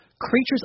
Creatures